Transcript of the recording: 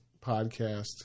podcast